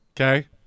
Okay